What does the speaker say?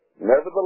Nevertheless